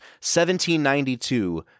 1792